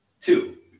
two